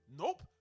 nope